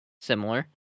Similar